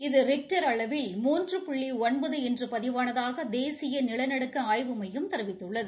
இது ரிக்டர் அளவில் மூன்று புள்ளி ஒன்பது பதிவானதாக தேசிய நிலநடுக்க ஆய்வு மையம் தெரிவித்துள்ளது